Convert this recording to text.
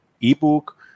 ebook